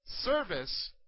service